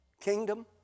kingdom